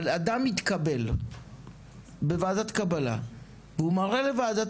אבל אדם התקבל בוועדת קבלה והוא מראה לוועדת